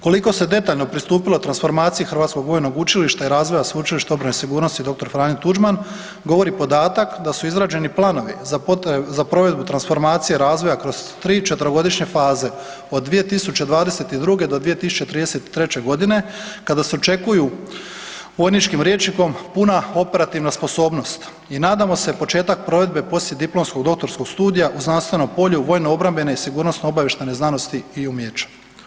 Koliko se detaljno pristupilo transformaciji Hrvatskog vojnog učilišta i razvoja Sveučilišta obrane i sigurnosti „Dr. Franjo Tuđman“ govori podatak da su izrađeni planovi za provedbu transformacije razvoja kroz četverogodišnje faze, od 2022. do 2033. g. kada se očekuju vojničkim rječnikom, „puna operativna sposobnost“ i nadamo se početak provedbe poslijediplomskog doktorskog studija u znanstvenom polju vojno-obrambene i sigurnosno-obavještajne znanosti i umijeća.